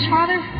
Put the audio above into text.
Father